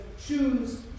choose